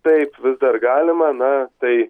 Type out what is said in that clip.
taip vis dar galima na tai